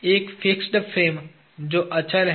एक fix frame जो अचल है